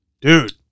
dude